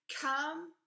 come